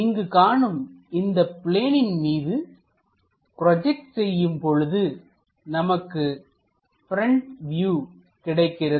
இங்கு காணும் இந்த பிளேனின் மீது ப்ரோஜெக்சட் செய்யும்பொழுது நமக்கு பிரண்ட் வியூ கிடைக்கிறது